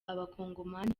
abakongomani